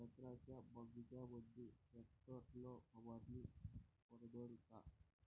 संत्र्याच्या बगीच्यामंदी टॅक्टर न फवारनी परवडन का?